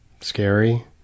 scary